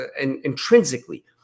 intrinsically